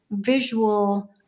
visual